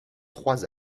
trois